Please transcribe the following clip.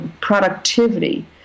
productivity